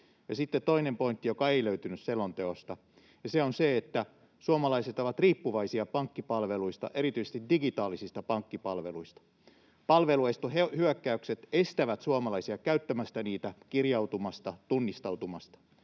toinen pointti, joka ei löytynyt selonteosta: Se on se, että suomalaiset ovat riippuvaisia pankkipalveluista, erityisesti digitaalisista pankkipalveluista. Palvelunestohyökkäykset estävät suomalaisia käyttämästä niitä, kirjautumasta, tunnistautumasta.